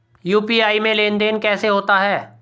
UPI में लेनदेन कैसे होता है?